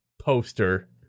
poster